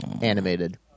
Animated